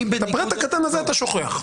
את הפרט הקטן הזה אתה שוכח.